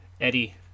Eddie